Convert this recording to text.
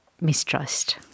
mistrust